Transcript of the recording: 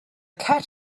cat